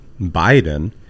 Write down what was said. biden